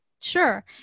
sure